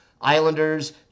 Islanders